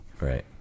Right